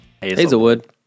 Hazelwood